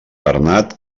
bernat